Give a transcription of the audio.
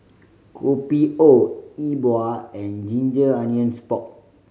Kopi O E Bua and ginger onions pork